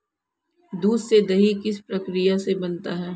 दूध से दही किस प्रक्रिया से बनता है?